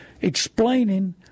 explaining